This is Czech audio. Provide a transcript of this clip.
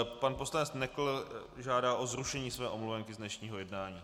Pan poslanec Nekl žádá o zrušení své omluvenky z dnešního jednání.